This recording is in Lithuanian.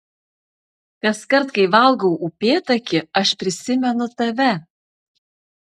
kaskart kai valgau upėtakį aš prisimenu tave